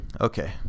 Okay